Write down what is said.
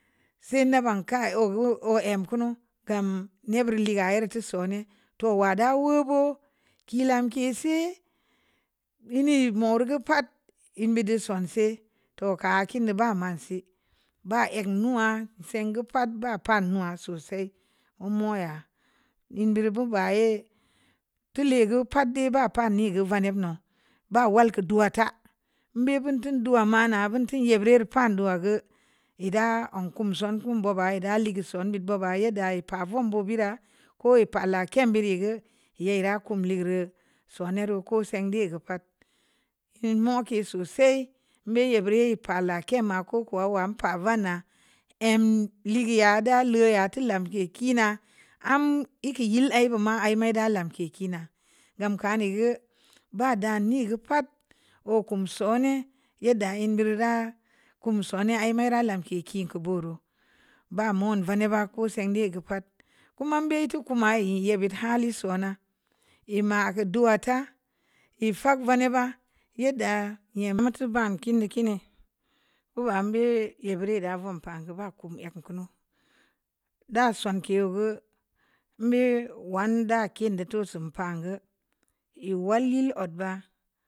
Se' na bank ka o gae o əm kunu gam ne' buri, le'e ga yar tu sone’ tob wadda wuo bo'o kii lanki sii hu mur gə paat əm biidu sonse’ toh ka kiini baman sii ba ek nuwa se'ngə pa'at ba pan nuwa sosai um moo ya ln duru ba ye’ tule'e gə pa'at de’ ba panii gə vaneb noo ba wal kə du'a ta mbe bun tun dua ma na vonte' ye' bure reu pando wagə yedda kum songə boo ba yedda lee'g son de’ bo'oba yedda pa vom bo'o be’ ra ko'o a pala ke'm biiri gə pa'at mo'o ke’ sosai mbe’ ye burii pala kin ma ko’ kuwa war pa vana əm ligə yada la'a to lanke’ ku na am e’ kə yel ii buma ai me’ da lanke’ kina gam kane’ gə ba dani gə pa'at wo'o kum sone’ yedda əm buri rə kum sone’ ai mara lanke’ ku kubu reu ba me'n vaneb ba ko se'nde’ gə pa'at koma be’ tuku koma e’ yebi hali sonna e’ ma du'a ta e’ fa'ak vaneb ba yedda nyem ma to bano kini kine’ o’ wam be’ ye burii rə vom pa gə ba kum-ek kunu da sonke’ gə mbe'e wan da kin do'o to so'on pa gə yu wallil odd ba.